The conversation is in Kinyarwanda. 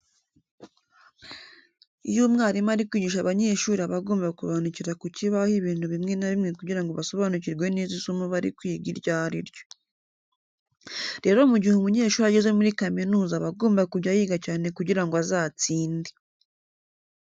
Iyo umwarimu ari kwigisha abanyeshuri aba agomba kubandikira ku kibaho ibintu bimwe na bimwe kugira ngo basobanukirwe neza isomo bari kwiga iryo ari ryo. Rero mu gihe umunyeshuri ageze muri kaminuza aba agomba kujya yiga cyane kugira ngo azatsinde.